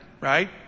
right